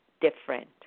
different